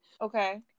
Okay